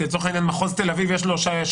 כי לצורך העניין למחוז תל אביב יש שלוש